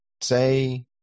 say